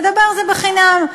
לדבר זה בחינם.